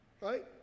right